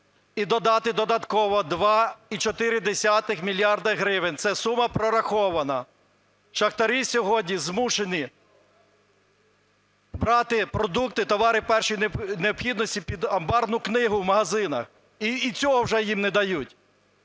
і додати додатково 2,4 мільярда гривень, ця сума прорахована. Шахтарі сьогодні змушені брати продукти, товари першої необхідності під амбарну книгу в магазинах і цього вже їм не дають.